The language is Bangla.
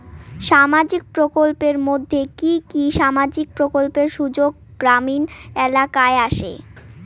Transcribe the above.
সামাজিক প্রকল্পের মধ্যে কি কি সামাজিক প্রকল্পের সুযোগ গ্রামীণ এলাকায় আসে?